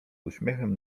uśmiechem